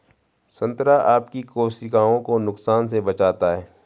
संतरा आपकी कोशिकाओं को नुकसान से बचाता है